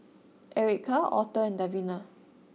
Ericka Authur and Davina